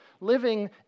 living